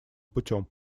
путем